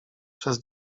przez